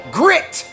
grit